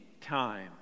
time